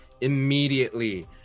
immediately